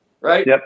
right